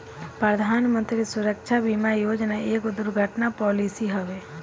प्रधानमंत्री सुरक्षा बीमा योजना एगो दुर्घटना पॉलिसी हवे